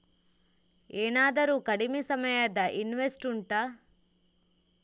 ಏನಾದರೂ ಕಡಿಮೆ ಸಮಯದ ಇನ್ವೆಸ್ಟ್ ಉಂಟಾ